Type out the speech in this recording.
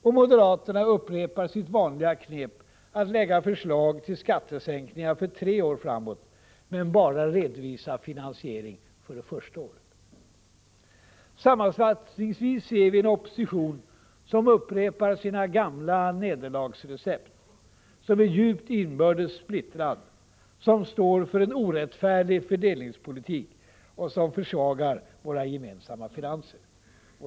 Och moderaterna upprepar sitt vanliga knep att lägga förslag till skattesänkningar för tre år framåt, men bara redovisa finansiering för det första året. Sammanfattningsvis ser vi en opposition som upprepar sina gamla nederlagsrecept, som är djupt inbördes splittrad, som står för en orättfärdig fördelningspolitik och som försvagar våra gemensamma finanser.